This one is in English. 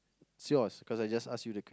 it's yours cause I just ask you the